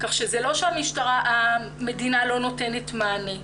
אם כן, זה לא שהמדינה לא נותנת מענה.